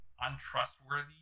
untrustworthy